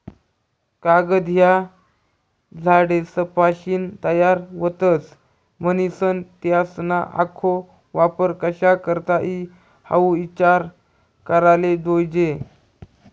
कागद ह्या झाडेसपाशीन तयार व्हतस, म्हनीसन त्यासना आखो वापर कशा करता ई हाऊ ईचार कराले जोयजे